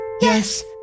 Yes